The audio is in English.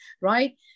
right